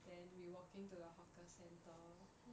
then we walking to the hawker centre